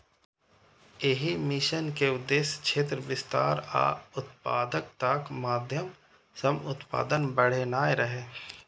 एहि मिशन के उद्देश्य क्षेत्र विस्तार आ उत्पादकताक माध्यम सं उत्पादन बढ़ेनाय रहै